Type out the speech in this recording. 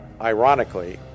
ironically